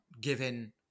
given